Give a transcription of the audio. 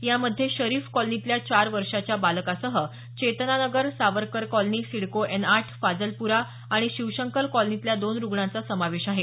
यामध्ये शरीफ कॉलनीतल्या चार वर्षाच्या बालकासह चेतना नगर सावरकर कॉलनी सिडको एन आठ फाजलप्रा आणि शिवशंकर कॉलनीतल्या दोन रुग्णांचा समावेश आहे